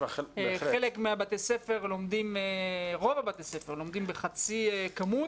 חלק מבתי הספר רוב בתי הספר לומדים בחצי כמות